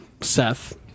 Seth